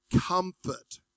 comfort